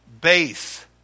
base